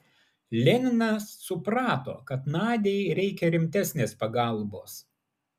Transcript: leninas suprato kad nadiai reikia rimtesnės pagalbos